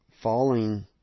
falling